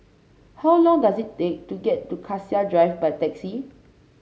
how long does it take to get to Cassia Drive by taxi